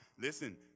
Listen